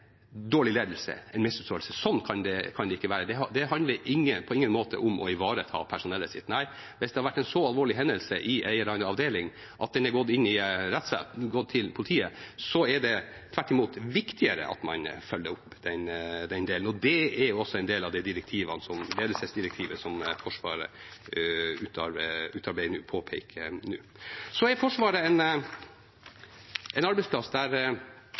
dårlig ledelse, en misforståelse. Sånn kan det ikke være, det handler på ingen måte om å ivareta personellet sitt. Nei, hvis det har vært en så alvorlig hendelse i en eller annen avdeling at den er gått til politiet, er det tvert imot viktigere at man følger det opp. Og det er også en del av det ledelsesdirektivet som Forsvaret påpeker nå. Forsvaret